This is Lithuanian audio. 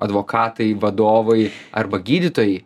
advokatai vadovai arba gydytojai